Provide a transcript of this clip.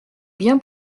bien